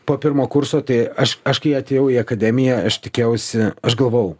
po pirmo kurso tai aš aš kai atėjau į akademiją aš tikėjausi aš galvojau